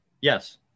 Yes